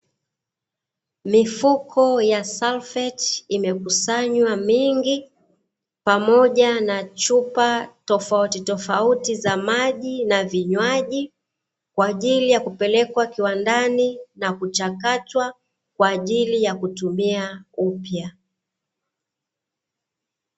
Mifuko ya salfeti imekusanywa mingi, pamoja na chupa tofautitofauti za maji na vinywaji, kwa ajili ya kupelekwa kiwandani na kuchakatwa kwa ajili ya kutumia upya.